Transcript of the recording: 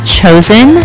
chosen